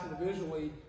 individually